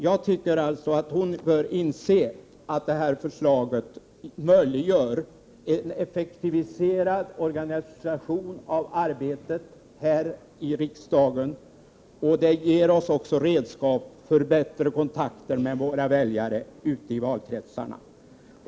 Jag tycker då att hon bör inse att utskottets förslag möjliggör en effektiviserad organisation av arbetet i riksdagen och också ger oss redskap för bättre kontakter med vära väljare ute i valkretsarna.